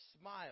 smile